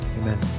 amen